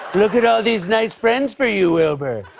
look at all these nice friends for you, wilbur.